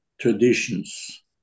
traditions